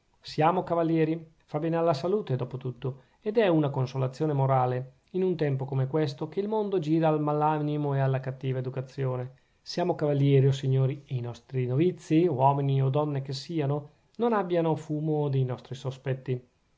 siamo cavalieri fa bene alla salute dopo tutto ed è una consolazione morale in un tempo come questo che il mondo gira al mal animo e alla cattiva educazione siamo cavalieri o signori e i nostri novizi uomini o donne che siano non abbiano fumo dei nostri sospetti